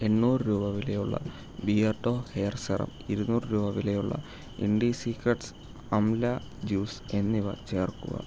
എണ്ണൂറ് രൂപ വിലയുള്ള ബിയർഡോ ഹെയർ സെറം ഇരുന്നൂറ് രൂപ വിലയുള്ള ഇൻഡിസീക്രെറ്റ്സ് അംല ജ്യൂസ് എന്നിവ ചേർക്കുക